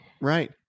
right